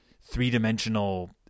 three-dimensional